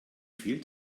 fehlt